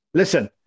Listen